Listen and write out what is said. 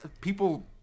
people